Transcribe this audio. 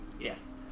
Yes